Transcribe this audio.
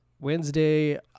Wednesday